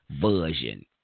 version